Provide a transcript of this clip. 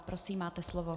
Prosím, máte slovo.